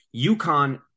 UConn